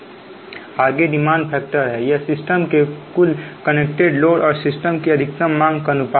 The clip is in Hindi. आगे डिमांड फैक्टर हैयह सिस्टम के कुल कनेक्टेड लोड और सिस्टम की अधिकतम मांग का अनुपात है